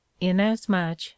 inasmuch